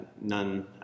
none